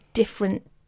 Different